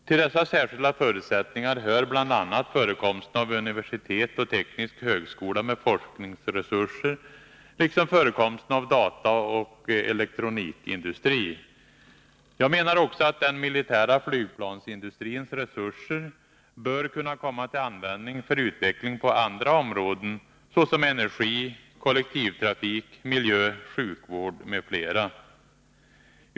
Till dessa särskilda förutsättningar hör bl.a. förekomsten av universitet och teknisk högskola med forskningsresurser liksom förekomsten av dataoch elektronikindustri. Jag menar också att den militära flygplansindustrins resurser bör kunna komma till användning för utveckling på andra områden, såsom energi, kollektivtrafik, miljö, sjukvård.